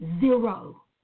zero